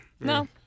No